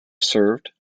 served